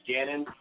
Gannon